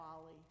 Wally